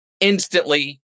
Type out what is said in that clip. instantly